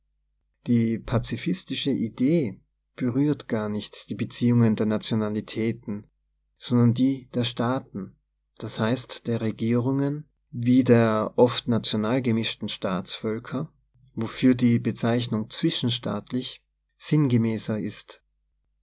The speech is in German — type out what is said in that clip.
die pazifistische idee berührt gar nicht die beziehungen der nationalitäten sondern die der staaten d h der regierungen wie der oft nationalgemischten staatsvölker wofür die be zeichnung zwischenstaatlich sinngemäßer ist